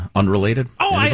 unrelated